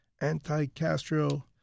anti-Castro